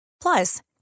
Plus